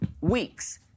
weeks